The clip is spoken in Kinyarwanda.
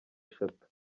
eshatu